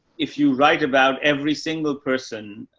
if you write about every single person,